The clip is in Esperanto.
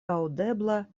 aŭdebla